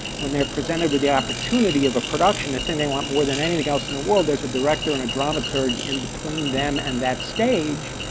when they're presented with the opportunity of a production, the thing they want more than anything else in the world, there's a director and a dramaturge in between them and that stage.